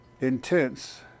intense